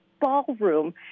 ballroom